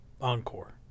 encore